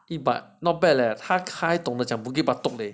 eh not bad leh 他会讲 bukit batok leh